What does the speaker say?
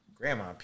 grandma